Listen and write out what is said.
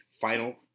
final